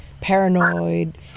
paranoid